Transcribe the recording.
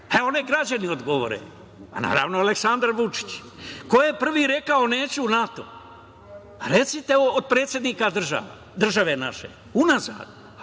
Neka građani odgovore. Naravno, Aleksandar Vučić. Ko je rekao neću NATO? Recite, od predsednika države naše, unazad,